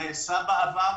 שנעשה בעבר.